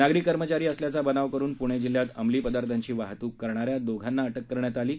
नागरी कर्मचारी असल्याचा बनाव करून प्णे जिल्ह्यात अंमली पदार्थाची वाहतूक करणाऱ्या दोघांना अटक करण्यात आली आहे